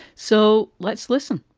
so let's listen